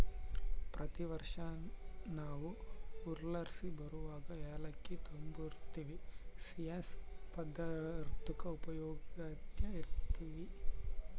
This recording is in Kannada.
ಪ್ರತಿ ವರ್ಷ ನಾವು ಊರ್ಲಾಸಿ ಬರುವಗ ಏಲಕ್ಕಿ ತಾಂಬರ್ತಿವಿ, ಸಿಯ್ಯನ್ ಪದಾರ್ತುಕ್ಕ ಉಪಯೋಗ್ಸ್ಯಂತ ಇರ್ತೀವಿ